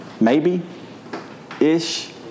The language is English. Maybe-ish